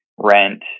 rent